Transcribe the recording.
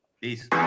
Peace